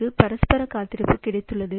எங்களுக்கு பரஸ்பர காத்திருப்பு கிடைத்துள்ளது